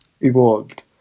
evolved